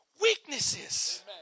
weaknesses